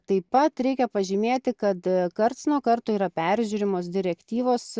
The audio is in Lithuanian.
taip pat reikia pažymėti kad karts nuo karto yra peržiūrimos direktyvos